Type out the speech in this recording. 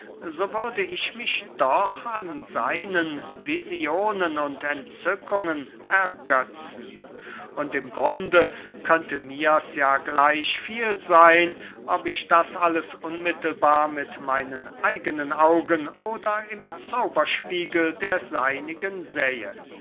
so würde ich mich doch an seinen visionen und entzückungen ergetzen und im grunde könnte mirs ja gleich viel seyn ob ich das alles unmittelbar mit meinen eigenen augen oder im zauberspiegel der seinigen sähe